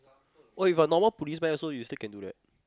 !wah! if you are a normal police man so you still can still do that